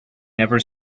never